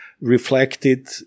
reflected